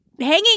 hanging